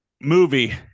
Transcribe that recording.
Movie